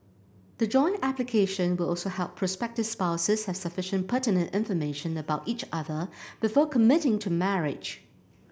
the joint application will also help prospective spouses have sufficient pertinent information about each other before committing to marriage